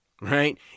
right